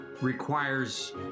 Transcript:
requires